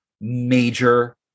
Major